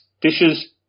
dishes